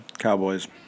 Cowboys